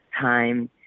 time